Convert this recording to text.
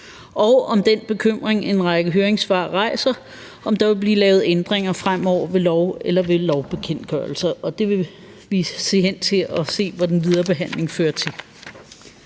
og om den bekymring, en række høringssvar rejser, i forhold til om der vil blive lavet ændringer fremover ved lov eller ved lovbekendtgørelser. Og så vil vi se, hvad den videre behandling fører til.